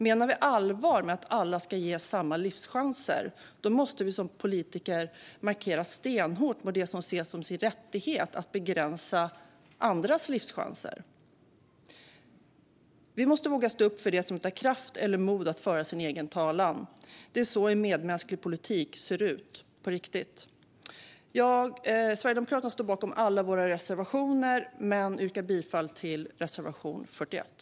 Menar vi allvar med att alla ska ges samma livschanser då måste vi som politiker markera stenhårt mot dem som ser det som sin rättighet att begränsa andras livschanser. Vi måste våga stå upp för dem som inte har kraft eller mod att föra sin egen talan. Det är så en medmänsklig politik ser ut på riktigt. Vi i Sverigedemokraterna står bakom alla våra reservationer, man jag yrkar bifall endast till reservation 41.